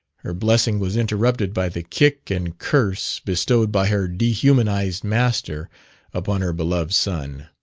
her blessing was interrupted by the kick and curse bestowed by her dehumanized master upon her beloved son.